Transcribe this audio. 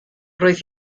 roedd